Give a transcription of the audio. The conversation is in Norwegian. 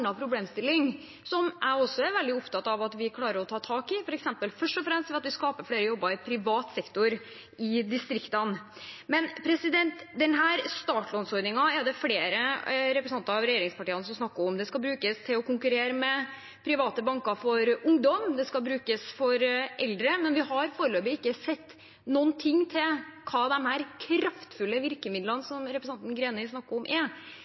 problemstilling, som jeg også er veldig opptatt av at vi klarer å ta tak i, først og fremst ved at man skaper flere jobber i privat sektor i distriktene. Denne startlånordningen er det flere representanter fra regjeringspartiene som snakker om. Den skal brukes til å konkurrere med private banker for ungdom, den skal brukes for eldre, men vi har foreløpig ikke sett noe til hva disse kraftfulle virkemidlene, som representanten Greni snakker om, er.